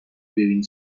ببینی